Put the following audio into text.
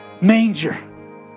manger